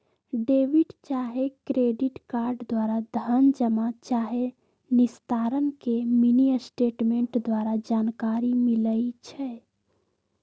debit चाहे credit card द्वारा धन जमा चाहे निस्तारण के मिनीस्टेटमेंट द्वारा जानकारी मिलइ छै